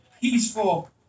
peaceful